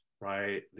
right